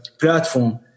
platform